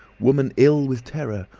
woman ill with terror!